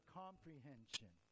comprehension